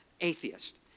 atheist